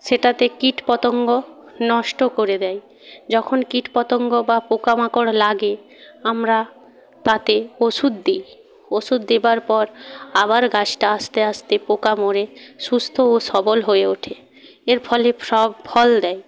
সেটাতে কীটপতঙ্গ নষ্ট করে দেয় যখন কীট পতঙ্গ বা পোকা মাকড় লাগে আমরা তাতে ওষুধ দিই ওষুধ দেওয়ার পর আবার গাছটা আস্তে আস্তে পোকা মরে সুস্থ ও সবল হয়ে ওঠে এর ফলে সব ফল দেয়